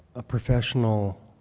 a professional